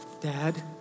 Dad